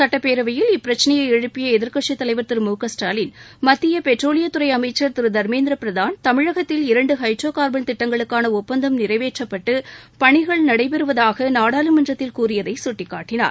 சுட்டப் பேரவையில் இப்பிரச்சனையை எழுப்பிய எதிர்க்கட்சித் தலைவர் திரு ழ ஸ்டாலின் பெட்ரேலியத்துறை அமைச்சர் மக்கிய க திரு தர்மேந்திர பிரதான் தமிழகத்தில் இரண்டு ஹைட்ரோ கார்பன் திட்டங்களுக்கான ஒப்பந்தம் நிறைவேற்றப்பட்டு பணிகள் நடைபெறுவதாக நாடாளுமன்றத்தில் கூறியதை சுட்டிக்காட்டினார்